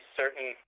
certain